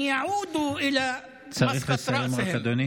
(חוזר על הדברים